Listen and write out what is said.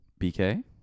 BK